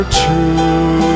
true